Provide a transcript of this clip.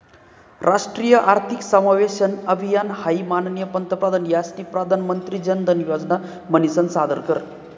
राष्ट्रीय आर्थिक समावेशन अभियान हाई माननीय पंतप्रधान यास्नी प्रधानमंत्री जनधन योजना म्हनीसन सादर कर